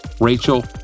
Rachel